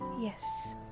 yes